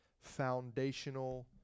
foundational